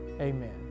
Amen